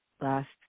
last